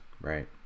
right